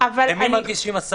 אז תגיד לי מה, ישר אבין.